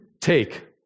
take